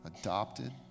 adopted